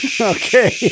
Okay